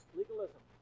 legalism